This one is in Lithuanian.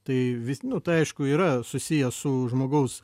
tai vis nu tai aišku yra susiję su žmogaus